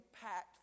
packed